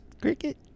Cricket